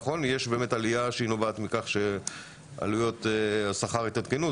יש עלייה שנובעת מכך שעלויות השכר התעדכנו,